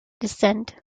descent